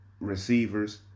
receivers